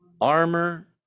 armor